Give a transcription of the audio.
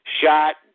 shot